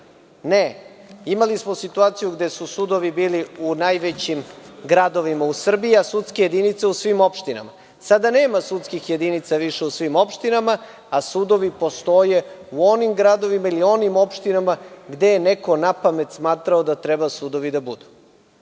Ne, imali smo situaciju gde su sudovi bili u najvećim gradovima u Srbiji, a sudske jedinice u svim opštinama. Sada nema sudskih jedinica više u svim opštinama, a sudovi postoje u onim gradovima ili onim opštinama gde je neko napamet smatrao da treba sudovi da budu.